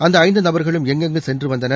அந்த ஐந்து நபர்களும் எங்கெங்கு சென்று வந்தனர்